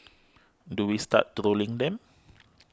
do we start trolling them